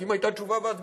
כי אם היו תשובה והצבעה,